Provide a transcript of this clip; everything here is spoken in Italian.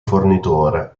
fornitore